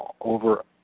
over